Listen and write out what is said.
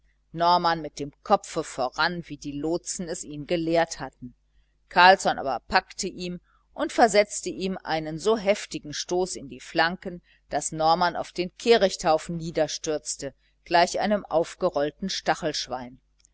norman mit dem kopfe voran wie die lotsen es ihn gelehrt hatten carlsson aber packte ihn und versetzte ihm einen so heftigen stoß in die flanken daß norman auf den kehrichthaufen niederstürzte gleich einem aufgerollten stachelschwein